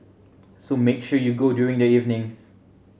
so make sure you go during the evenings